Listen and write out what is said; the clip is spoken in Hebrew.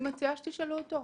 אני מציעה שתשאלו אותו.